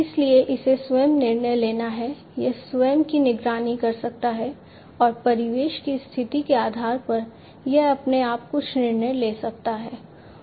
इसलिए इसे स्वयं निर्णय लेना है यह स्वयं की निगरानी कर सकता है और परिवेश की स्थिति के आधार पर यह अपने आप कुछ निर्णय ले सकता है